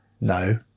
No